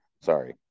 Sorry